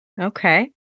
okay